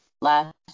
last